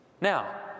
Now